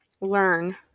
learn